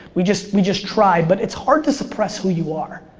we just we just try, but it's hard to suppress who you are.